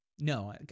no